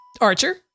Archer